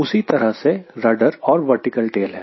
उसी तरह से रडर और वर्टिकल टेल है